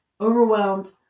overwhelmed